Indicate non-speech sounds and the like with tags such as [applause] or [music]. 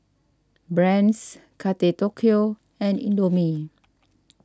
Brand's [unintelligible] Tokyo and Indomie